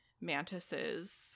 Mantis's